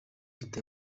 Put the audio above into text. leta